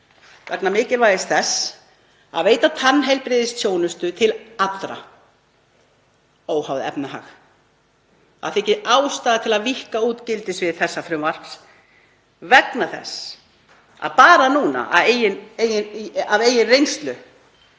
vegna mikilvægis þess að veita tannheilbrigðisþjónustu til allra, óháð efnahag. Ástæða þykir til að víkka út gildissvið þessa frumvarps vegna þess að bara núna — af eigin reynslu